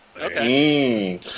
Okay